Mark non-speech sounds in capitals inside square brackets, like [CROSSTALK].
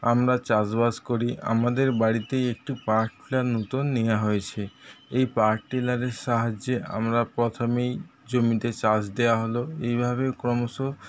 আমরা চাষবাস করি আমাদের বাড়িতেই একটি [UNINTELLIGIBLE] নতুন নেওয়া হয়েছে এই [UNINTELLIGIBLE] সাহায্যে আমরা প্রথমেই জমিতে চাষ দেওয়া হলো এইভাবেই ক্রমশ